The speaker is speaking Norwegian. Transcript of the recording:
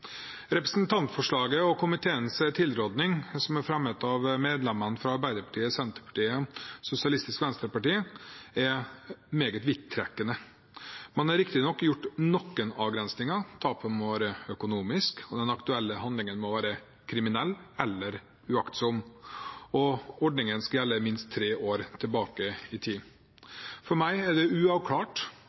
Representantforslaget, og komiteens tilråding, som er fremmet av medlemmene fra Arbeiderpartiet, Senterpartiet og Sosialistisk Venstreparti, er meget vidtrekkende. Man har riktignok gjort noen avgrensninger: Tapet må være økonomisk, den aktuelle handlingen må være kriminell eller uaktsom, og ordningen skal gjelde minst tre år tilbake i tid. For meg er det